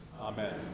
Amen